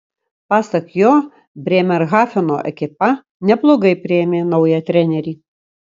pasak jo brėmerhafeno ekipa neblogai priėmė naują trenerį